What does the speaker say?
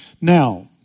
Now